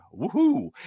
Woohoo